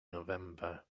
november